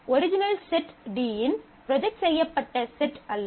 original set D இன் project செய்யப்பட்ட set அல்ல